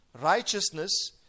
righteousness